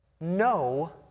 No